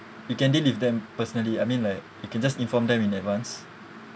you can deal with them personally I mean like you can just inform them in advance